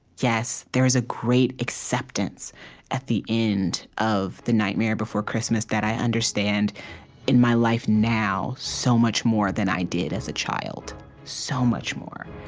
yes. there is a great acceptance at the end of the nightmare before christmas that i understand in my life now so much more than i did as a child so much more.